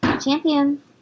Champion